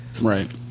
Right